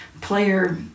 player